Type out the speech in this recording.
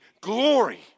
glory